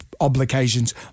obligations